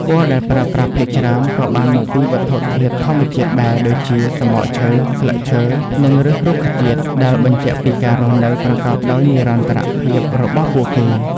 ពណ៌ដែលប្រើប្រាស់ភាគច្រើនក៏បានមកពីវត្ថុធាតុធម្មជាតិដែរ ដូចជា សំបកឈើ ស្លឹកឈើ និងឬសរុក្ខជាតិ ដែលបញ្ជាក់ពីការរស់នៅប្រកបដោយនិរន្តរភាពរបស់ពួកគេ។